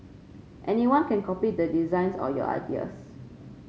anyone can copy the designs or your ideas